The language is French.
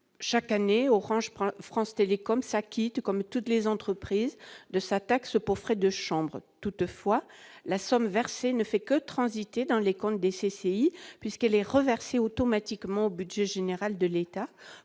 Chaque année, France Télécom-Orange s'acquitte, comme toutes les entreprises, de sa taxe pour frais de chambre. Toutefois, la somme versée ne fait que transiter dans les comptes des CCI, puisqu'elle est reversée automatiquement au budget général de l'État